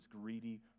greedy